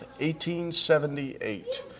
1878